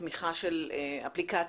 צמיחה של אפליקציות,